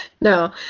No